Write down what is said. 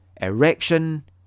Erection